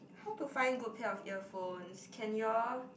how to find good pair of earphones can you all